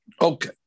Okay